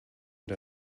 und